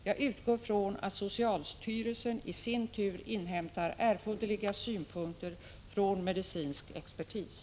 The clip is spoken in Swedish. Jag utgår från att socialstyrelsen i sin tur inhämtar erforderliga synpunkter från medicinsk expertis.